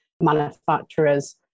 manufacturers